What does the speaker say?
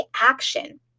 action